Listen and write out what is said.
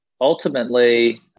ultimately